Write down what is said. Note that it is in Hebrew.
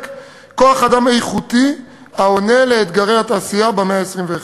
כוח-אדם איכותי העונה על אתגרי התעשייה במאה ה-21.